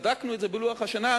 בדקנו את זה בלוח השנה,